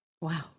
Wow